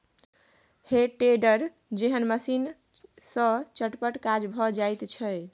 हे टेडर जेहन मशीन सँ चटपट काज भए जाइत छै